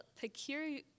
peculiar